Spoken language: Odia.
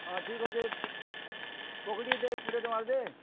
ହଁ ଠିକ୍ ଅଛେ ପକୁଡ଼ି ଦେ କୁଡ଼େ ଟଙ୍ଗାର୍ ଦେ